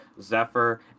Zephyr